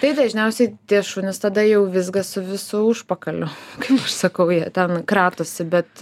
tai dažniausiai tie šunys tada jau vizga su visu užpakaliu kaip aš sakau jie ten kratosi bet